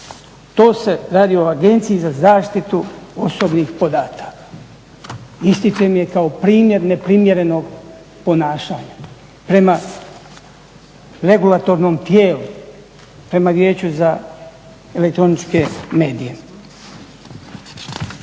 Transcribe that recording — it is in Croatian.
To se radi o Agenciji za zaštitu osobnih podataka. Isticanje kao primjer neprimjernog ponašanja prema regulatornom tijelu, prema Vijeću za elektroničke medije.